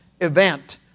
event